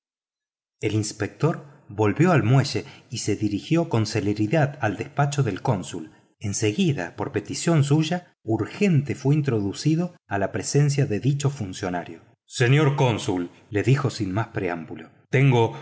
el inspector volvió al muelle y se dirigió con celeridad al despacho del cónsul en seguida por petición suya urgente fue introducido a la presencia de dicho funcionario señor cónsul le dijo sin más preámbulo tengo